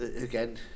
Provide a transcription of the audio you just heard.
again